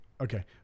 Okay